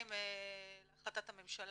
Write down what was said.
שנתיים להחלטת הממשלה,